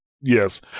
Yes